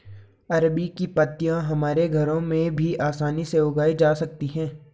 अरबी की पत्तियां हमारे घरों में भी आसानी से उगाई जाती हैं